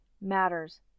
matters